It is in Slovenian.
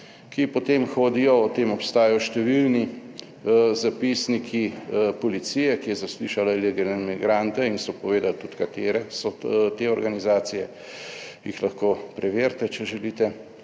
ki potem hodijo, o tem obstajajo številni zapisniki policije, ki je zaslišala ilegalne migrante in so povedali tudi, katere so te organizacije, jih lahko preverite, če želite,